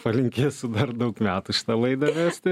palinkėsiu dar daug metų šitą laidą vesti